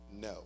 no